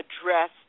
address